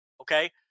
okay